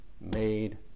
made